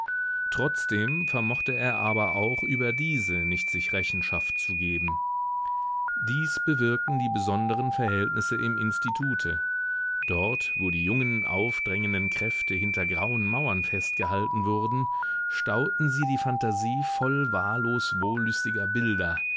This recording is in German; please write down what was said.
trotzdem vermochte er aber auch über diese nicht sich rechenschaft zu geben dies bewirkten die besonderen verhältnisse im institute dort wo die jungen aufdrängenden kräfte hinter grauen mauern festgehalten wurden stauten sie die phantasie voll wahllos wohllüstiger bilder